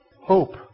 hope